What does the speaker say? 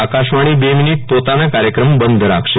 આકાશવાણી બે મિનિટ પોતાના કાર્યક્રમ બંધ રાખશે